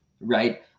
right